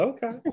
Okay